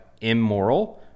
immoral